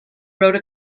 wrote